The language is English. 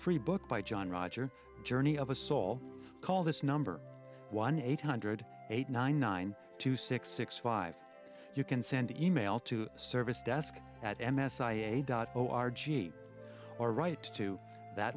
free book by john roger journey of a soul call this number one eight hundred eight nine nine two six six five you can send e mail to service desk at m s i e dot au argy or right to that